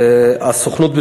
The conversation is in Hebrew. והסוכנות,